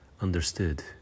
understood